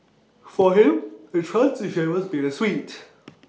for him the transition was bittersweet